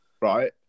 right